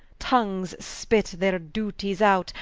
tongues spit their duties out,